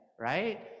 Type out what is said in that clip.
right